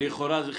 לכאורה זה חיובי.